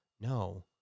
No